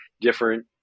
different